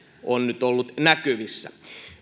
on nyt ollut näkyvissä